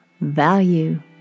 value